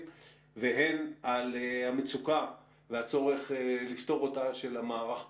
והן על המצוקה והצורך לפתור אותה של המערך כולו.